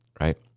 right